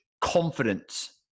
confidence